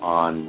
on